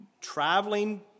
traveling